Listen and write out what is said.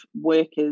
workers